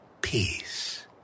Peace